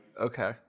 Okay